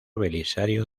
belisario